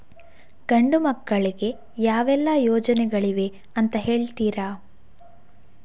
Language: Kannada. ಗಂಡು ಮಕ್ಕಳಿಗೆ ಯಾವೆಲ್ಲಾ ಯೋಜನೆಗಳಿವೆ ಅಂತ ಹೇಳ್ತೀರಾ?